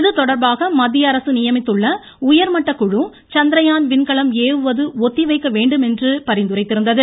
இதுதொடர்பாக மத்தியஅரசு நியமித்துள்ள உயர்மட்டக்குழு சந்திரயான் விண்கலம் ஏவுவது ஒத்திவைக்க வேண்டுமென்று பரிந்துரைத்திருந்தது